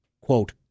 quote